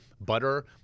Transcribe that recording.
butter